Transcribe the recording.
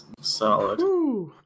solid